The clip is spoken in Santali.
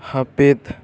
ᱦᱟᱹᱯᱤᱫ